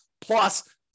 plus